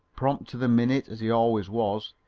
prompt to the minute as he always was,